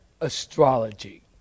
astrology